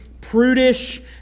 prudish